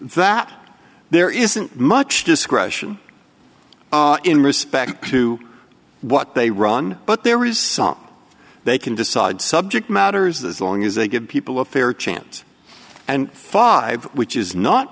that there isn't much discretion in respect to what they run but there is some they can decide subject matters as long as they give people a fair chance and five which is not